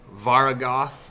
Varagoth